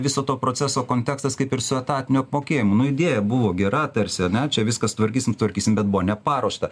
viso to proceso kontekstas kaip ir su etatiniu apmokėjimu nu idėja buvo gera tarsi ar ne čia viskas tvarkysim tvarkysim bet buvo neparuošta